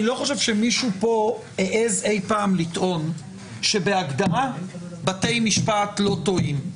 אני לא חושב שמישהו כאן העז אי פעם לטעון שבהגדרה בתי משפט לא טועים.